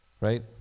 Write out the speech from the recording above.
right